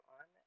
on